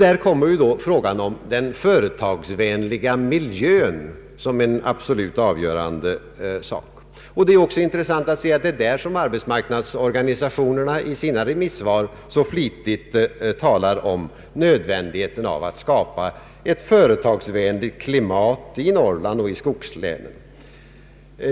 Där kommer frågan om den företagsvänliga miljön in som något avgörande. Det är intressant att arbetsmarknadsorganisationerna i sina remissvar så flitigt tar upp nödvändigheten av att skapa ett företagsvänligt klimat i Norrland och i skogslänen.